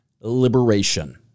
liberation